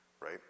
Right